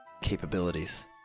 capabilities